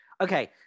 Okay